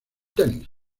tenis